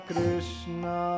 Krishna